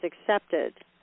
accepted